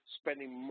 spending